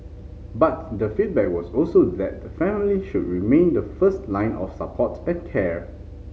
but the feedback was also that the family should remain the first line of support and care